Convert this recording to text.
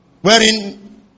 wherein